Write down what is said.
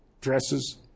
dresses